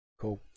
cool